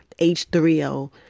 H3O